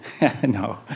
no